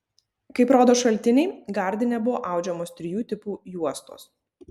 kaip rodo šaltiniai gardine buvo audžiamos trijų tipų juostos